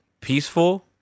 peaceful